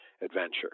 adventure